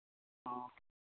हाँ